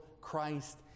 Christ